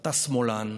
אתה שמאלן,